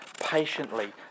patiently